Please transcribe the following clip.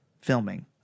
filming